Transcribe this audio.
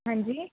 ਹਾਂਜੀ